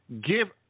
give